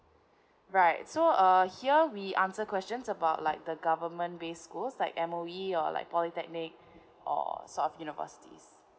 right so uh here we answer questions about like the government based schools like M_O_E or like polytechnic or sort of universities